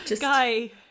Guy